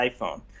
iPhone